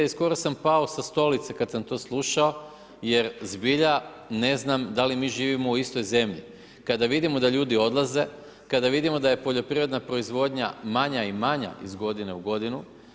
I skoro sam pao sa stolice kada sam to slušao jer zbilja ne znam da li mi mislimo u istoj zemlji kada vidimo da ljudi odlaze, kada vidimo da je poljoprivredna proizvodnja manja i manja iz godine u godinu.